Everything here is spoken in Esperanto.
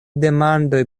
demandoj